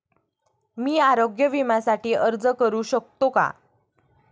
मी आरोग्य विम्यासाठी अर्ज करू शकतो का?